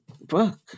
book